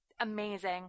amazing